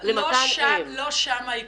לא שם העיכוב.